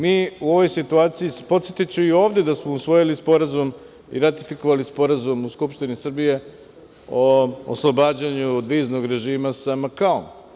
Mi u ovoj situaciji, podsetiću i ovde da smo usvojili sporazum i ratifikovali sporazum u Skupštini Srbije o oslobađanju od viznog režima sa Makaom.